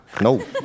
No